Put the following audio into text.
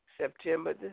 September